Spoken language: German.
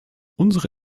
unsere